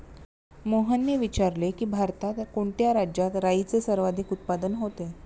मोहनने विचारले की, भारतात कोणत्या राज्यात राईचे सर्वाधिक उत्पादन होते?